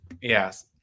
Yes